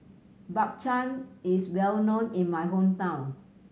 Bak Chang is well known in my hometown